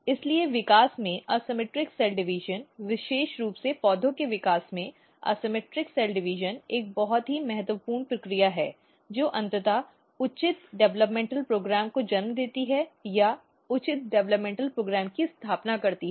इसलिए विकास में असममित सेल डिवीजनविशेष रूप से पौधों के विकास में असममित सेल डिवीजन एक बहुत ही महत्वपूर्ण प्रक्रिया है और जो अंततः उचित विकासात्मक कार्यक्रम को जन्म देती है या उचित विकासात्मक कार्यक्रम की स्थापना करती है